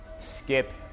skip